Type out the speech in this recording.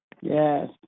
Yes